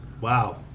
Wow